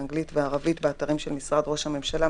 האנגלית והערבית באתרים של משרד ראש הממשלה,